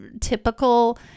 typical